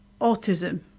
autism